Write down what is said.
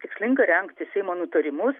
tikslinga rengti seimo nutarimus